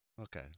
Okay